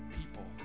people